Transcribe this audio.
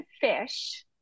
fish